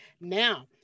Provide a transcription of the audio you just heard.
Now